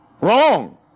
Wrong